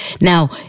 Now